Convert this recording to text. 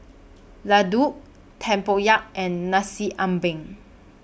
Laddu Tempoyak and Nasi Ambeng